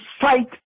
fight